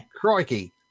Crikey